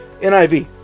NIV